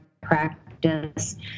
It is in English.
practice